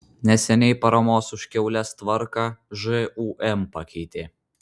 neseniai paramos už kiaules tvarką žūm pakeitė